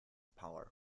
power